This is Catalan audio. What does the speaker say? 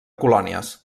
colònies